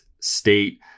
state